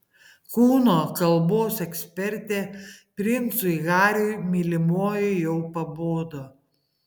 kūno kalbos ekspertė princui hariui mylimoji jau pabodo